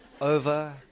over